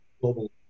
global